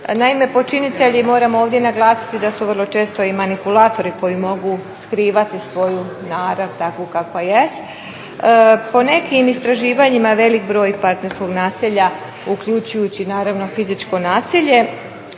Naime, počinitelji moram ovdje naglasiti da su vrlo često i manipulatori koji mogu skrivati svoju narav takvu kakva jest. Po nekim istraživanjima velik broj partnerskog nasilja, uključujući naravno fizičko nasilje,